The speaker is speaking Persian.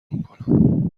میکنم